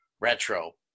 retro